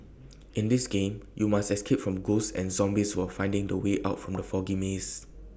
in this game you must escape from ghosts and zombies while finding the way out from the foggy maze